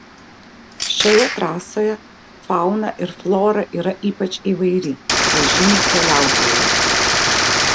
šioje trasoje fauna ir flora yra ypač įvairi pažymi keliautojai